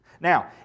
Now